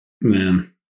Man